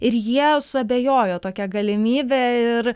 ir jie suabejojo tokia galimybe ir